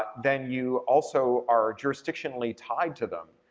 then you also are jurisdictionally tied to them,